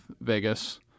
Vegas